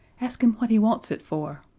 ask him what he wants it for.